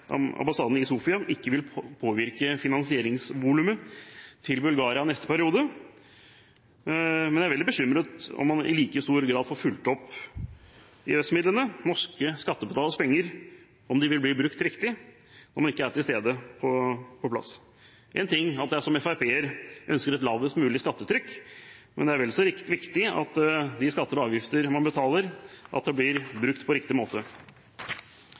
Sofia ikke vil påvirke finansieringsvolumet til Bulgaria i neste periode. Men jeg er veldig bekymret for om man i like stor grad får fulgt opp om EØS-midlene, norske skattebetaleres penger, blir brukt riktig, når man ikke er til stede. En ting er at jeg som FrP-er ønsker et lavest mulig skattetrykk, men det er vel så viktig at de skatter og avgifter man betaler, blir brukt på riktig måte.